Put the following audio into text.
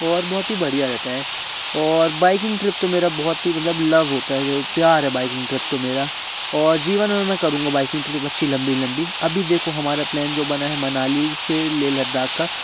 और बहुत ही बढ़िया रहता है और बाइकिंग ट्रिप तो मेरा बहुत ही मतलब लव होता है प्यार है भाई बाइकिंग ट्रिप तो मेरा और जीवन में मैं करूँगा बाइकिंग ट्रिप अच्छी लम्बी लम्बी अभी देखो हमारा जो प्लेन बना है मनाली से लेह लद्दाख का